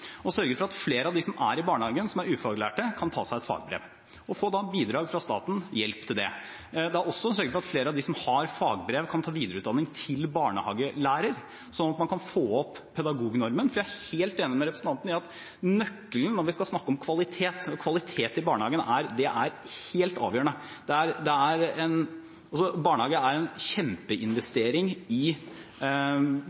sørge for at flere av dem som jobber i barnehage og som er ufaglærte, kan ta et fagbrev. De får da bidrag fra staten – hjelp til det. Man må også sørge for at de som har fagbrev, kan ta videreutdanning til barnehagelærer slik at man kan få opp pedagognormen, for jeg er helt ening med representanten i at det er nøkkelen når vi snakker om kvalitet i barnehagen, det er helt avgjørende. Barnehage er en